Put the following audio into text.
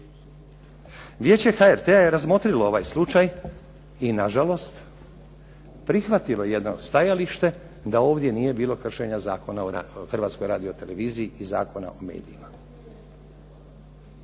Vijeće HRT-a je razmotrilo ovaj slučaj i nažalost prihvatilo jedno stajalište da ovdje nije bilo kršenja Zakona o Hrvatskoj radioteleviziji i Zakona o medijima.